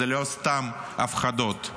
זה לא סתם הפחדות,